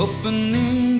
Opening